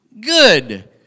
good